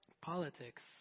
Politics